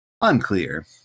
unclear